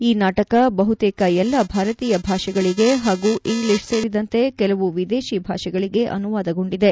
ಈ ನಾಟಕ ಬಹುತೇಕ ಎಲ್ಲ ಭಾರತೀಯ ಭಾಷೆಗಳಿಗೆ ಹಾಗೂ ಇಂಗ್ಲಿಷ್ ಸೇರಿದಂತೆ ಕೆಲವು ವಿದೇಶಿ ಭಾಷೆಗಳಗೆ ಅನುವಾದಗೊಂಡಿದೆ